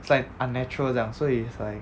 is like unnatural 这样所以 is like